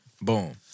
Boom